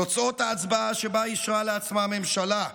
תוצאות ההצבעה שבה אישרה לעצמה הממשלה,